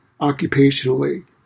occupationally